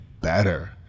better